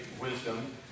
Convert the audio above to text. wisdom